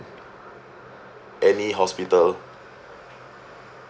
any hospital